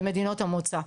למדינות המוצא,